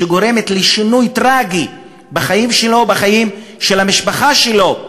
שגורמת לשינוי טרגי בחיים שלו ובחיים של המשפחה שלו.